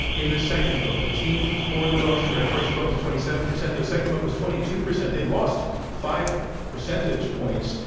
in the second vote, the team for the motion, their first vote was twenty seven percent, their second vote was twenty two percent, they lost five percentage points.